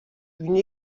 une